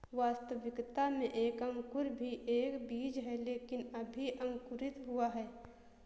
वास्तविकता में एक अंकुर भी एक बीज है लेकिन अभी अंकुरित हुआ है